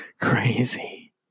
Crazy